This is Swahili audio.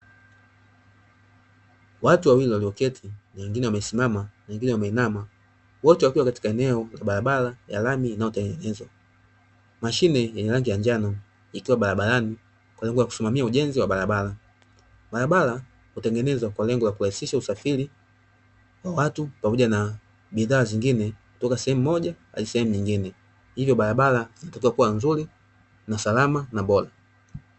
Watu wawili walioketi wengine wamesimama na wengine wameinama wote wakiwa katika eneo la barabara ya lami inayotengenezwa. Mashine yenye rangi ya njano ikiwa barabarani kwa lengo la kusimamia ujenzi wa barabara. Barabara hutengenezwa kwa lengo la kurahisisha usafiri wa watu pamoja na bidhaa zingine kutoka sehemu moja hadi sehemu nyingine hivyo barabara zinatakiwa kuwa nzuri, salama na bora.